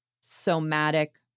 somatic